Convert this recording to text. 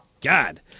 God